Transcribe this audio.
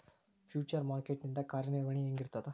Future market ಇಂದ್ ಕಾರ್ಯನಿರ್ವಹಣಿ ಹೆಂಗಿರ್ತದ?